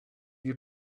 you